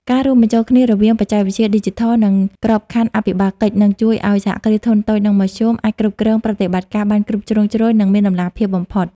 ការរួមបញ្ចូលគ្នារវាងបច្ចេកវិទ្យាឌីជីថល និងក្របខណ្ឌអភិបាលកិច្ច នឹងជួយឱ្យ សហគ្រាសធុនតូច និងមធ្យម អាចគ្រប់គ្រងប្រតិបត្តិការបានគ្រប់ជ្រុងជ្រោយ និងមានតម្លាភាពបំផុត។